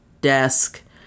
Desk